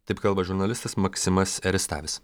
taip kalba žurnalistas maksimas eristavis